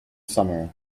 summer